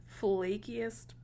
flakiest